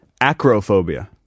acrophobia